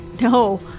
No